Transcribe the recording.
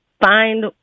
find